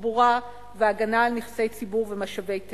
תחבורה והגנה על נכסי ציבור ומשאבי טבע.